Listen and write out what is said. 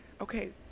Okay